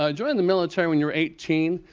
ah during the military when you were eighteen,